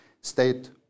state